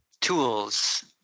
Tools